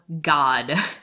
God